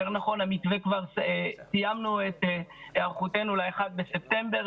יותר נכון סיימנו את היערכותנו ל-1 בספטמבר,